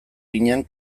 ginen